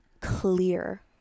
clear